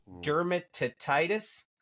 dermatitis